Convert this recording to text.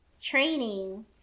training